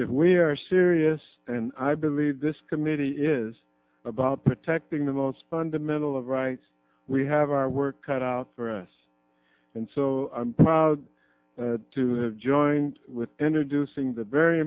if we are serious and i believe this committee is about protecting the most fundamental of rights we have our work cut out for us and so proud to have joined with any do sing the very